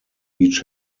each